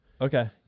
Okay